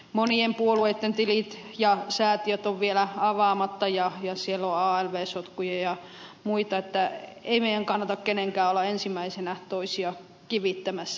monien puolueitten tilit ja säätiöt ovat vielä avaamatta ja siellä on alv sotkuja ja muita että ei meidän kannata kenenkään olla ensimmäisenä toisia kivittämässä